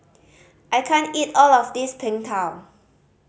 I can't eat all of this Png Tao